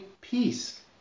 peace